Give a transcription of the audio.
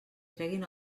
treguin